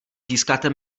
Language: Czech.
získáte